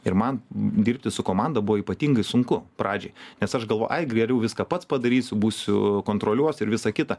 ir man dirbti su komanda buvo ypatingai sunku pradžioj nes aš galvojau ai geriau viską pats padarysiu būsiu kontroliuosiu ir visą kitą